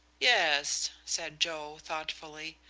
yes, said joe, thoughtfully,